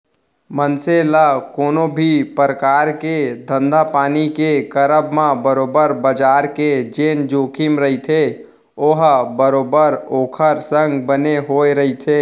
मनसे ल कोनो भी परकार के धंधापानी के करब म बरोबर बजार के जेन जोखिम रहिथे ओहा बरोबर ओखर संग बने होय रहिथे